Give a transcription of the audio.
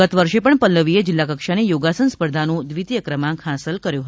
ગત વર્ષે પણ પલ્લવીએ જિલ્લાકક્ષાની યોગાસન સ્પર્ધાનું દ્વિતીય ક્રમાંક હાંસલ કર્યો હતો